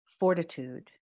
fortitude